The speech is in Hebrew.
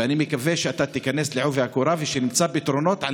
ואני מקווה שאתה תיכנס בעובי הקורה ושנמצא פתרונות על